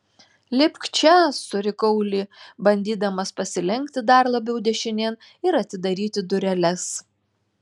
lipk čia surikau li bandydamas pasilenkti dar labiau dešinėn ir atidaryti dureles